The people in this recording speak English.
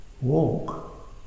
Walk